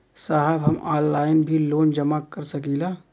साहब हम ऑनलाइन भी लोन जमा कर सकीला?